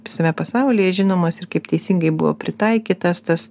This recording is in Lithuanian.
visame pasaulyje žinomos ir kaip teisingai buvo pritaikytas tas